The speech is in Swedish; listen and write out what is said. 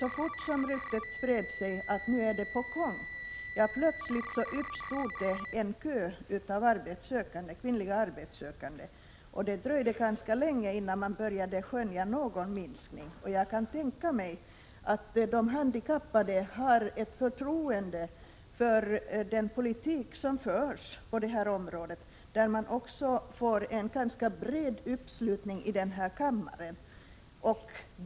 Så fort ryktena spreds att arbete var på gång, uppstod det plötsligt en kö av kvinnliga arbetssökande. Det dröjde ganska länge innan man började skönja en minskning. Jag kan tänka mig att handikappade har ett förtroende för den politik som förs på detta område och som får en ganska bred uppslutning också i riksdagen.